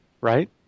Right